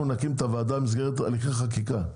אנחנו נקים את הוועדה במסגרת תהליכי חקיקה,